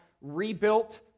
rebuilt